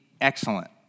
excellent